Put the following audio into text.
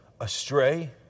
astray